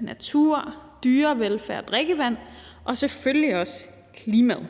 natur, dyrevelfærd, drikkevand og selvfølgelig også klimaet.